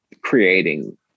creating